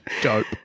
Dope